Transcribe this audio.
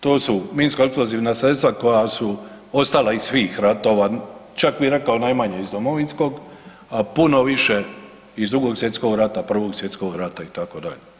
To su minsko eksplozivna sredstva koja su ostala iz svih ratova, čak bih rekao najmanje iz Domovinskog, a puno više iz 2. svjetskog rada, 1. svjetskog rata itd.